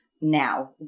now